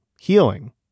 Healing